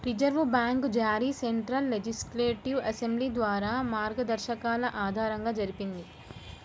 reserve bank జారీ central legislative assembly ద్వారా మార్గదర్శకాల ఆధారంగా జరిగింది